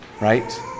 right